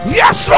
yes